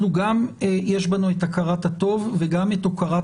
יש בנו גם את הכרת הטוב וגם את הוקרת